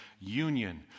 union